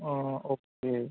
ہاں اوکے